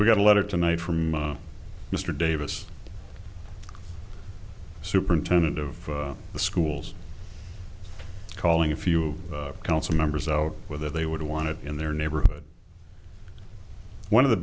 we got a letter tonight from mr davis superintendent of the schools calling a few council members out whether they would want it in their neighborhood one of the